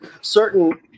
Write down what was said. certain